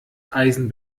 eisen